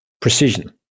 precision